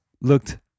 looked